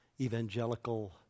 evangelical